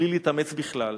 בלי להתאמץ בכלל.